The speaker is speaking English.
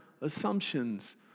assumptions